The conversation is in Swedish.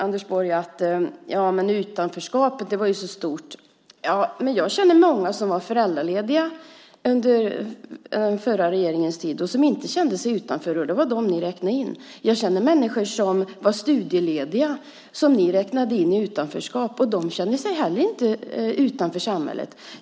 Anders Borg säger att utanförskapet var så stort. Jag känner många som var föräldralediga under den förra regeringens tid och som inte kände sig utanför. Men dem räknade ni in i detta utanförskap. Jag känner människor som var studielediga och som ni också räknade in. Men de kände sig inte heller utanför samhället.